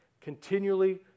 Continually